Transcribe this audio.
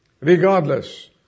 regardless